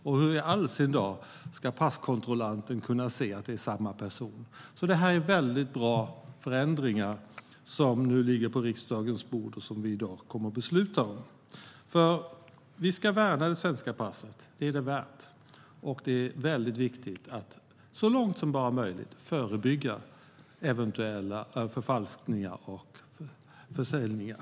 Och hur i all sin dar ska passkontrollanten kunna se att det är samma person? Det är bra förändringar som nu ligger på riksdagens bord och som vi i dag kommer att besluta om. Vi ska värna det svenska passet; det är det värt. Det är viktigt att så långt som bara möjligt förebygga eventuella förfalskningar och försäljningar.